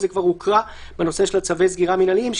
אבל זה כבר הוקרא בנושא של צווי הסגירה המנהליים,